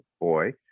boy